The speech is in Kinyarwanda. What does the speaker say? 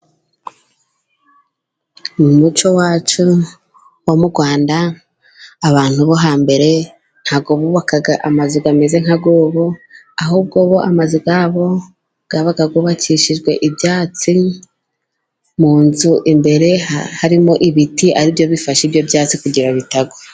Mu muco wacu wo mu Rwanda abantu bo hambere ntabwo bubakaga amazu ameze nk'ay'ubu, ahubwo bo amazu yabo yabaga yubakishijwe ibyatsi, mu nzu imbere harimo ibiti aribyo bifashe ibyo byatsi kugira ngo bitagwa.